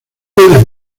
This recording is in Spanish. puede